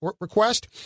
request